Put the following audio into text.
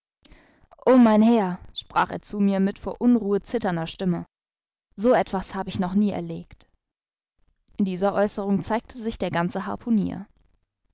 o mein herr sprach er zu mir mit vor unruhe zitternder stimme so etwas hab ich noch nie erlegt in dieser aeußerung zeigte sich der ganze harpunier